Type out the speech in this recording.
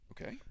okay